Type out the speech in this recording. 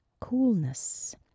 coolness